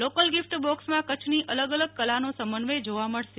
local gift બોક્સમા કચ્છની અલગ અલગ કળાનો સમનવય જોવા મળશે